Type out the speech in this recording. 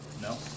No